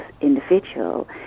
individual